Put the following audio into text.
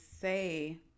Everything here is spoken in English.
say